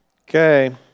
Okay